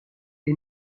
les